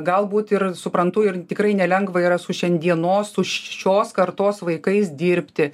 galbūt ir suprantu ir tikrai nelengva yra su šiandienos tuščios kartos vaikais dirbti